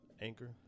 Anchor